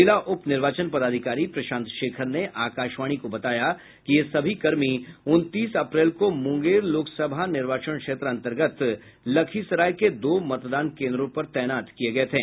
जिला उप निर्वाचन पदाधिकारी प्रशांत शेखर ने आकाशवाणी को बताया कि ये सभी कर्मी उनतीस अप्रैल को मुंगेर लोक सभा निर्वाचन क्षेत्र अंतर्गत लखीसराय के दो मतदान केंद्रों पर तैनात किये गये थे